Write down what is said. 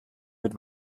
mit